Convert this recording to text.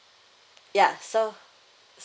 ya so